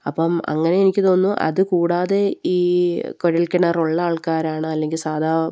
അപ്പം അങ്ങനെ എനിക്ക് തോന്നുന്നു അതുകൂടാതെ ഈ കുഴൽക്കിണറുള്ള ആൾക്കാരാണ് അല്ലെങ്കില് സാധാ